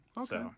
Okay